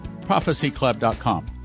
ProphecyClub.com